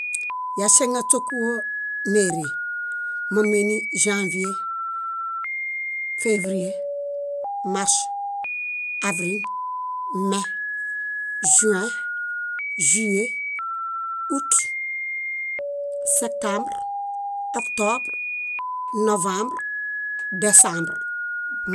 Yaŝeŋ áśokuwo nére momini ĵãvie, févrie, mars, avril, me, ĵuẽ, ĵúye, út, setambr, oktobr, novambr, desambr.